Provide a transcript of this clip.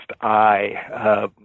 eye